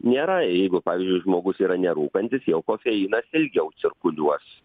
nėra jeigu pavyzdžiui žmogus yra nerūkantis jau kofeinas ilgiau cirkuliuos